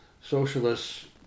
socialists